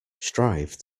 strive